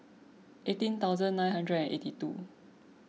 eighteen thousand nine hundred eighty two